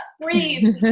breathe